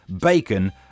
bacon